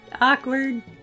Awkward